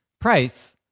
price